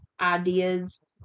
ideas